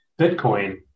bitcoin